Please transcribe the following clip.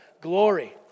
glory